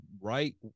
right